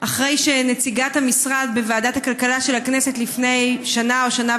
אחרי שנציגת המשרד בוועדת הכלכלה של הכנסת לפני שנה או שנה